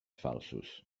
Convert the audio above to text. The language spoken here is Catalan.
falsos